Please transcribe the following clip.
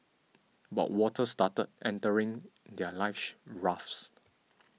but water started entering their life rafts